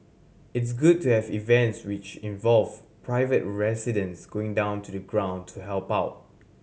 it's good to have events which involve private residents going down to the ground to help out